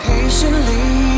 Patiently